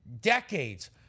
decades